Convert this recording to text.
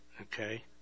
okay